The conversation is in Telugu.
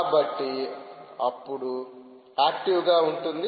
కాబట్టి అప్పుడు యాక్టివ్గా ఉంటుంది